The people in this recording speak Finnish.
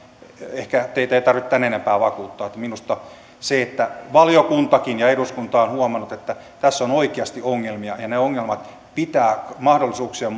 ehkä teitä ei tarvitse tämän enempää vakuuttaa minusta se on tärkeää että valiokuntakin ja eduskunta on huomannut että tässä on oikeasti ongelmia ja ne ongelmat pitää mahdollisuuksien